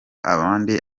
abandi